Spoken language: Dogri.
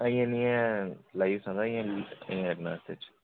इं'या नी लाई सकदे